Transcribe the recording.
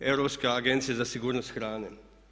Europska agencija za sigurnost hrane.